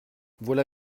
voilà